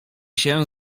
się